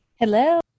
Hello